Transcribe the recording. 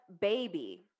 Baby